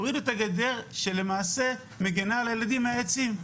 הורידו את הגדר שלמעשה מגינה על הילדים מהעצים.